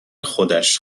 خودش